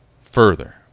further